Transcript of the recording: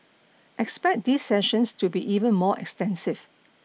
expect these sessions to be even more extensive